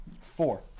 Four